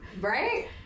Right